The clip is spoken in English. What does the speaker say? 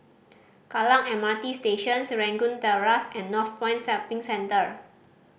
Kallang M R T Station Serangoon Terrace and Northpoint Shopping Center